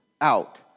out